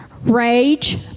Rage